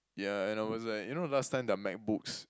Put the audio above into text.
yeah and I was like you know last time the Macbooks